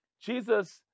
Jesus